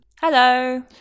Hello